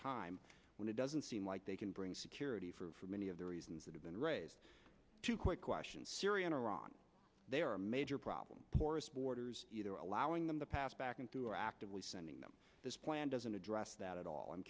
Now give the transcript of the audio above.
time when it doesn't seem like they can bring security for many of the reasons that have been raised to quite syria and iran they are a major problem porous borders either allowing them to pass back into or actively sending them this plan doesn't address that at all i'm